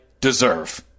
deserve